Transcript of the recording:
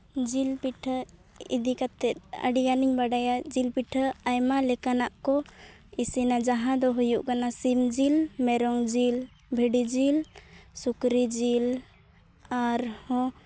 ᱡᱤᱞ ᱯᱤᱴᱷᱟᱹ ᱤᱫᱤ ᱠᱟᱛᱮᱫ ᱟᱰᱤᱜᱟᱱᱤᱧ ᱵᱟᱰᱟᱭᱟ ᱡᱤᱞ ᱯᱤᱴᱷᱟᱹ ᱟᱭᱢᱟ ᱞᱮᱠᱟᱱᱟᱜ ᱠᱚ ᱤᱥᱤᱱᱟ ᱡᱟᱦᱟᱸ ᱫᱚ ᱦᱩᱭᱩᱜ ᱠᱟᱱᱟ ᱥᱤᱢ ᱡᱤᱞ ᱢᱮᱨᱚᱢ ᱡᱤᱞ ᱵᱷᱤᱰᱤ ᱡᱤᱞ ᱥᱩᱠᱨᱤ ᱡᱤᱞ ᱟᱨᱦᱚᱸ